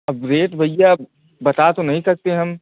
अब रेट भईया बता तो नहीं सकते हम